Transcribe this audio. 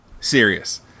serious